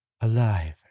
alive